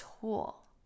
tool